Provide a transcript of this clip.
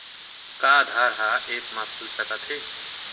का आधार ह ऐप म खुल सकत हे?